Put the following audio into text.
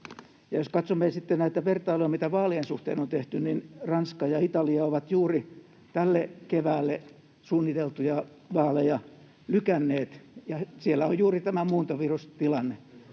jos katsomme sitten näitä vertailuja, mitä vaalien suhteen on tehty, niin Ranska ja Italia ovat juuri tälle keväälle suunniteltuja vaaleja lykänneet — ja siellä on juuri tämä muuntovirustilanne